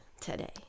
today